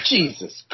Jesus